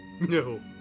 No